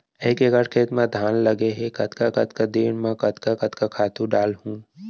एक एकड़ खेत म धान लगे हे कतका कतका दिन म कतका कतका खातू डालहुँ?